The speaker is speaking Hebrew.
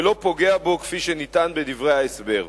ולא פוגע בו כפי שנטען בדברי ההסבר.